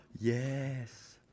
Yes